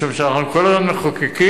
משום שאנחנו כל הזמן מחוקקים,